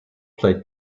played